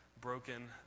broken